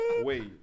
Wait